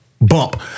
bump